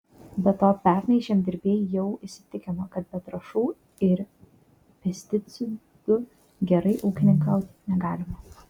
be to pernai žemdirbiai jau įsitikino kad be trąšų ir pesticidų gerai ūkininkauti negalima